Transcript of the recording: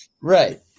Right